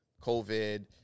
COVID